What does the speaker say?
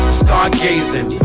stargazing